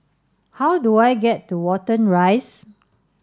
how do I get to Watten Rise